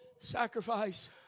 Sacrifice